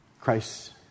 Christ